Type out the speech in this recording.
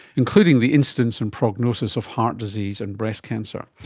including the instance and prognosis of heart disease and breast cancer.